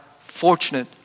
fortunate